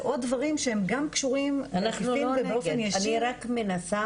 אלה עוד דברים שהם גם קשורים בעקיפין ובאופן ישיר --- אנחנו לא נגד,